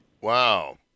Wow